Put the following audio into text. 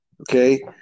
okay